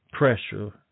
pressure